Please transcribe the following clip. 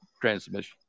transmission